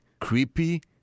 creepy